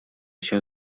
się